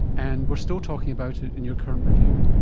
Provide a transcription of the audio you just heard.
and we are still talking about it in your current review.